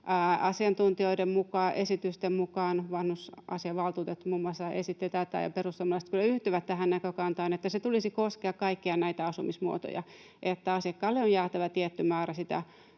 Asiantuntijoiden mukaan, esitysten mukaan — vanhusasiavaltuutettu muun muassa esitti, ja perussuomalaiset kyllä yhtyy tähän näkökantaan — se tulisi koskea kaikkia näitä asumismuotoja ja asiakkaalle on jäätävä tietty määrä